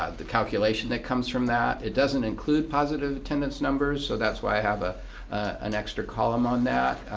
ah the calculation that comes from that, it doesn't include positive attendance numbers. so that's why i have ah an extra column on that.